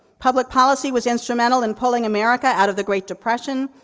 public policy was instrumental in pulling america out of the great depression,